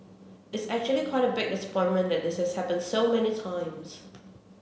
it's actually quite a big disappointment that this has happened so many times